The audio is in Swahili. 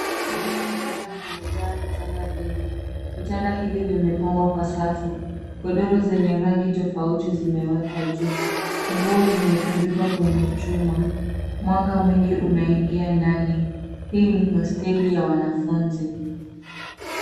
Chumba cha kulala kimejaa vitanda vingi. Vitanda hivi vimepangwa kwa safu. Godoro zenye rangi tofauti zimewekwa juu. Nguo zimetundikwa kwenye chuma. Mwanga mwingi unaingia ndani. Hii ni hosteli ya wanafunzi.